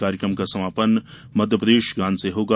कार्यक्रम का समापन मध्यप्रदेश गान से होगा